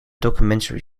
documentary